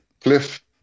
Cliff